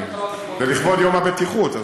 זה לכבוד יום הבטיחות.